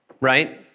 right